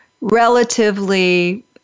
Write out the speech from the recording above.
relatively